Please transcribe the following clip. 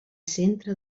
centre